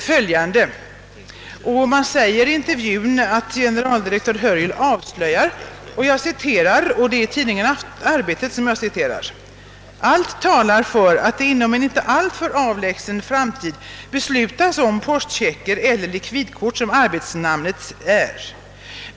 I intervjun sägs det att generaldirektör Hörjel avslöjar att »allt talar för att det inom en inte alltför avlägsen framtid beslutas om postchecker eller likvidkort som arbetsnamnet är».